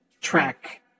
track